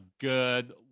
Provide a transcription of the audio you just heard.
good